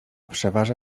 przeważa